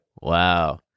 Wow